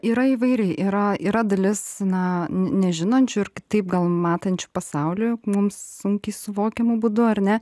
yra įvairiai yra yra dalis na ne nežinančių ir kitaip gal matančių pasaulį mums sunkiai suvokiamu būdu ar ne